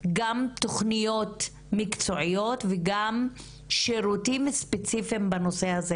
בעיות נפשיות, בעיות כלכליות, וכיוצא בזה.